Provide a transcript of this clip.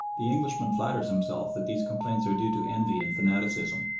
the englishman flatters himself that these complaints are due to envy and fanaticism.